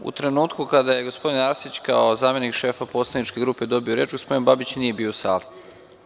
U trenutku kada je gospodin Arsić kao zamenik šefa poslaničke grupe dobio reč, gospodin Babić nije bio u sali.